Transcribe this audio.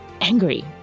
angry